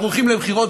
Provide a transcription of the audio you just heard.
אנחנו הולכים לבחירות,